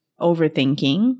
overthinking